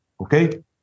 okay